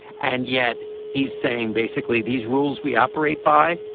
and yet he's saying basically these rules we operate by.